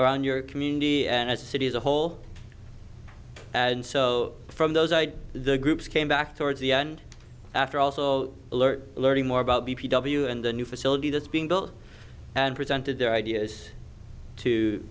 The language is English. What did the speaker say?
on your community as a city as a whole and so from those i did the groups came back towards the end after also alert learning more about b p w and the new facility that's being built and presented their ideas to